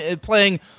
playing